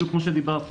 בדיוק כמוש אמרתם.